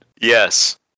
Yes